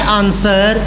answer